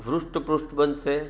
હૃષ્ટપુષ્ટ બનશે